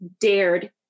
dared